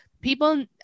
people